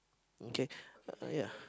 okay ya